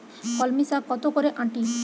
কলমি শাখ কত করে আঁটি?